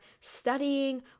studying